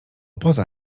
poza